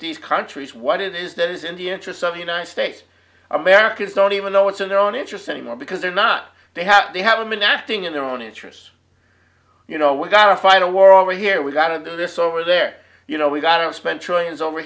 these countries what it is that is in the interests of the united states americans don't even know what's in their own interests anymore because they're not they have they haven't been acting in their own interests you know we're gonna fight a war over here we've got to do this over there you know we've gotta spend trillions over